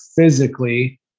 physically